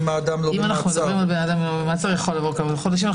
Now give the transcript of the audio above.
אם האדם לא במעצר יכולים לעבור כמה חודשים.